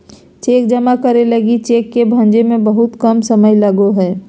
cheque जमा करे लगी लगी चेक के भंजे में बहुत कम समय लगो हइ